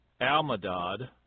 Almadad